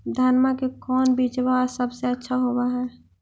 धनमा के कौन बिजबा सबसे अच्छा होव है?